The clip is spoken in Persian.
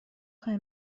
خوای